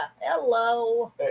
Hello